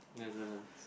Netherlands